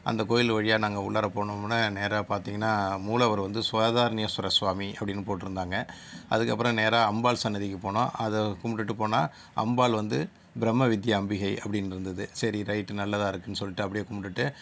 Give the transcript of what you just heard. அந்தக் கோவில் வழியாக நாங்கள் உள்ளார போனவுடனே நேராக பார்த்தீங்கனா மூலவர் வந்து ஸ்வாதாரன்யஸ்வரஸ்வாமி அப்படின்னு போட்டிருந்தாங்க அதுக்கப்புறம் நேராக அம்பாள் சந்நிதிக்கு போனோம் அதைக் கும்பிட்டுட்டு போனால் அம்பாள் வந்து பிரம்ம வித்யாம்பிகை அப்படின்னு இருந்தது சரி ரைட் நல்லதாக இருக்கும்ன்னு சொல்லிட்டு அப்படியே கும்பிட்டுட்டு